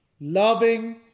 loving